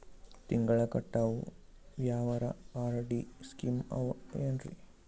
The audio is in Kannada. ತಿಂಗಳ ಕಟ್ಟವು ಯಾವರ ಆರ್.ಡಿ ಸ್ಕೀಮ ಆವ ಏನ್ರಿ?